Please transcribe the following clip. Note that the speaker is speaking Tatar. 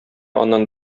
аннан